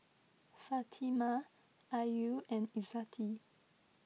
Fatimah Ayu and Izzati